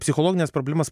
psichologines problemas